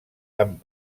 amb